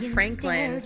Franklin